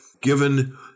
Given